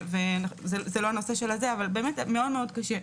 מאוד קשה.